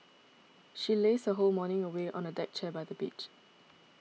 she lazed her whole morning away on a deck chair by the beach